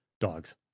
Dogs